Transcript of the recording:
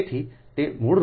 તેથી તે મૂળરૂપે 0